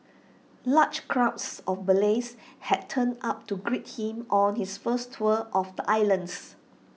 large crowds of Malays had turned up to greet him on his first tour of the islands